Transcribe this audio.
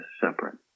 separate